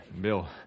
Bill